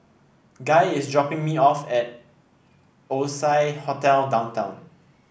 Guy is dropping me off at Oasia Hotel Downtown